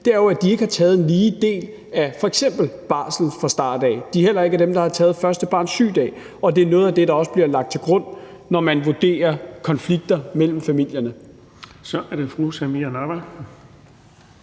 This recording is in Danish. skilsmisser, at de ikke har taget en lige del af f.eks. barsel fra start af. De er heller ikke dem, der har taget barns første sygedag, og det er noget af det, der også bliver lagt til grund, når man vurderer konflikter i familierne. Kl. 13:25 Den fg. formand